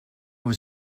was